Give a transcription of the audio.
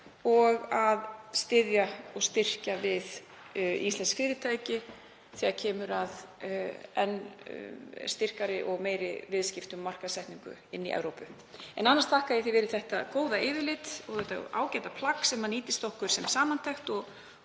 og styrkja og styðja við íslensk fyrirtæki þegar kemur að enn styrkari og meiri viðskiptum og markaðssetningu í Evrópu. Annars þakka ég fyrir þetta góða yfirlit og ágæta plagg sem nýtist okkur sem samantekt